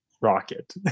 rocket